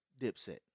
Dipset